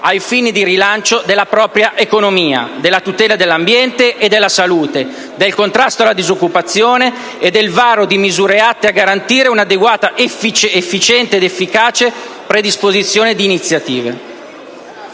ai fini del rilancio della propria economia, della tutela dell'ambiente e della salute, del contrasto alla disoccupazione e del varo di misure atte a garantire un'adeguata efficiente od efficace predisposizione di iniziative